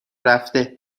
رفته